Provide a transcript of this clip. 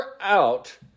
out